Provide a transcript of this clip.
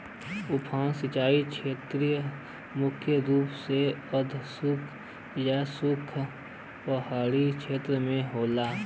उफान सिंचाई छेत्र मुख्य रूप से अर्धशुष्क या शुष्क पहाड़ी छेत्र में होला